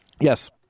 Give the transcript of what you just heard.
Yes